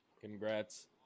Congrats